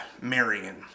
Marion